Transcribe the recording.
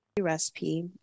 recipe